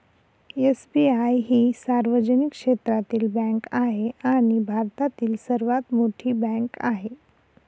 SBI ही सार्वजनिक क्षेत्रातील बँक आहे आणि भारतातील सर्वात मोठी बँक आहे